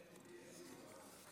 כבוד היושב-ראש,